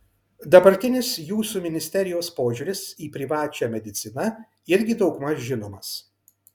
dabartinis jūsų ministerijos požiūris į privačią mediciną irgi daugmaž žinomas